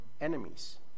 enemies